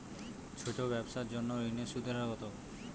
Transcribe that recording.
ছোট ব্যবসার জন্য ঋণের সুদের হার কত?